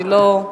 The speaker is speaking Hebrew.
בבקשה,